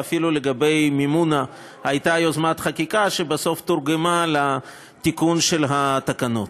ואפילו לגבי המימונה הייתה יוזמת חקיקה שבסוף תורגמה לתיקון של התקנות.